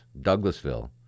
Douglasville